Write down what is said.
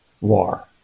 war